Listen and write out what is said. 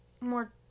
more